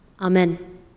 Amen